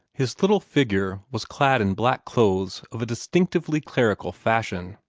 his little figure was clad in black clothes of a distinctively clerical fashion,